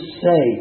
say